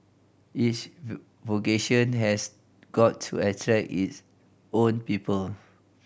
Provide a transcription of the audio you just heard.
each vocation has got to attract its own people